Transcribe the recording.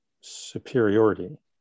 superiority